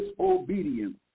disobedience